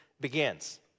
begins